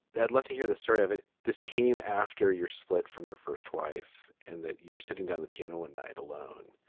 i'd love to hear the story of it. this came after your split from your first wife and that you were sitting down the piano one night alone.